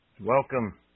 welcome